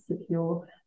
secure